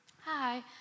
Hi